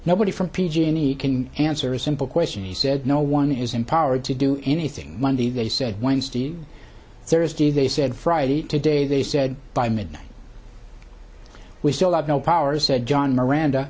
nobody from p g and e can answer a simple question he said no one is empowered to do anything monday they said wednesday or thursday they said friday today they said by midnight we still have no power said john miranda